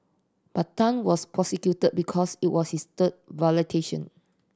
but Tan was prosecuted because it was his third